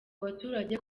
baturage